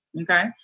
okay